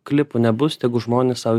klipų nebus tegu žmonės sau